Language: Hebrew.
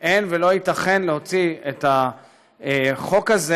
אין ולא ייתכן להוציא את החוק הזה